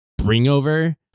bringover